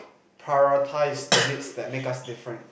prioritise the needs that make us different